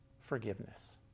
Forgiveness